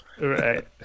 right